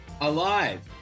Alive